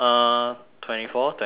twenty four twenty five